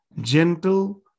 gentle